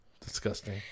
Disgusting